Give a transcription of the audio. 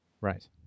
Right